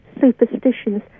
superstitions